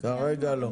כרגע לא.